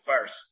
first